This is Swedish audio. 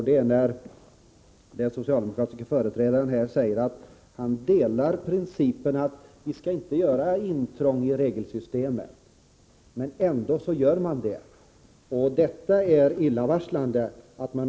Den socialdemokratiska företrädaren här säger att han ansluter sig till principen att vi inte skall göra intrång i regelsystemet, men ändå gör man det. Detta är illavarslande.